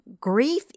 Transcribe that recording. grief